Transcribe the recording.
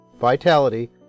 vitality